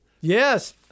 Yes